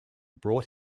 brought